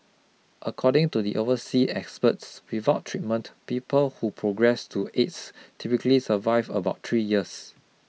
according to the oversea experts without treatment people who progress to AIDS typically survive about three years